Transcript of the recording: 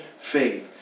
faith